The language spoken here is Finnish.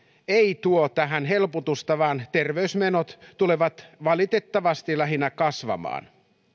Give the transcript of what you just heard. ei tuo tähän helpotusta vaan terveysmenot tulevat valitettavasti lähinnä kasvamaan